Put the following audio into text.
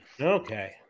Okay